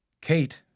Kate